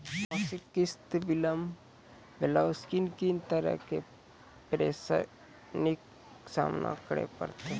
मासिक किस्त बिलम्ब भेलासॅ कून कून तरहक परेशानीक सामना करे परतै?